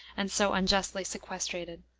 and so unjustly sequestrated.